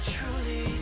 Truly